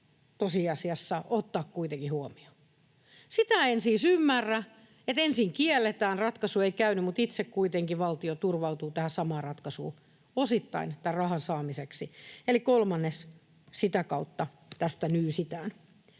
tosiasiassa ottaa kuitenkin huomioon. Sitä en siis ymmärrä, että ensin kielletään — ratkaisu ei käynyt — mutta itse kuitenkin valtio turvautuu osittain tähän samaan ratkaisuun tämän rahan saamiseksi, eli kolmannes sitä kautta tästä nyysitään.